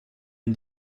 une